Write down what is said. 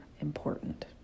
important